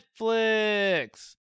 Netflix